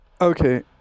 Okay